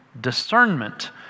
discernment